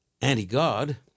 anti-God